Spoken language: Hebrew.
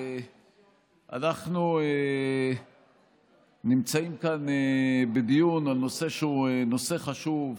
אנחנו נמצאים כאן בדיון על נושא שהוא נושא חשוב,